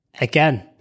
Again